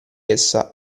essa